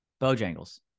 Bojangles